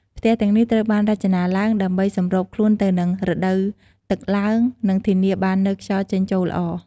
ផ្ទះទាំងនេះត្រូវបានរចនាឡើងដើម្បីសម្របខ្លួនទៅនឹងរដូវទឹកឡើង និងធានាបាននូវខ្យល់ចេញចូលល្អ។